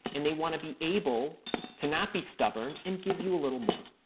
and they want to be able to not be stubborn and give you a little more.